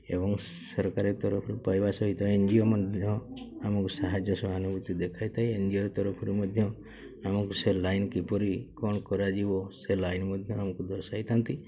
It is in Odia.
ଏବଂ ସରକାରୀ ତରଫରୁ ପାଇବା ସହିତ ଏନ୍ ଜି ଓ ମଧ୍ୟ ଆମକୁ ସାହାଯ୍ୟ ସହାନୁଭୂତି ଦେଖାଇଥାଏ ଏନ୍ ଜି ଓ ତରଫରୁ ମଧ୍ୟ ଆମକୁ ସେ ଲାଇନ୍ କିପରି କ'ଣ କରାଯିବ ସେ ଲାଇନ୍ ମଧ୍ୟ ଆମକୁ ଦର୍ଶାଇଥାନ୍ତି